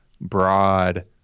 broad